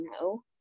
no